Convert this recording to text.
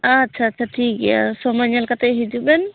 ᱟᱪᱪᱷᱟ ᱪᱷᱟ ᱴᱷᱤᱠ ᱜᱮᱭᱟ ᱥᱚᱢᱳᱭ ᱧᱮᱞ ᱠᱟᱛᱮᱫ ᱦᱤᱡᱩᱜ ᱵᱮᱱ